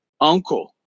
uncle